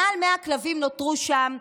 מעל 100 כלבים נותרו שם,